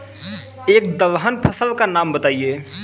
एक दलहन फसल का नाम बताइये